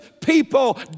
people